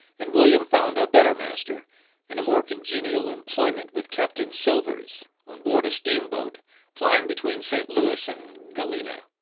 and william found a better master and a more congenial employment with captain cilvers, on board a steam-boat plying between st. louis and galena.